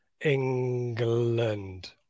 England